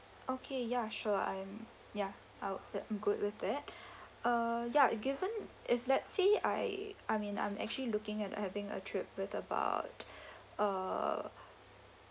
okay ya sure I'm ya I'll um good with that uh ya it given if let's say I I mean I'm actually looking at having a trip with about uh